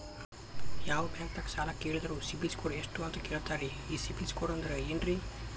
ಯಾವ ಬ್ಯಾಂಕ್ ದಾಗ ಸಾಲ ಕೇಳಿದರು ಸಿಬಿಲ್ ಸ್ಕೋರ್ ಎಷ್ಟು ಅಂತ ಕೇಳತಾರ, ಈ ಸಿಬಿಲ್ ಸ್ಕೋರ್ ಅಂದ್ರೆ ಏನ್ರಿ?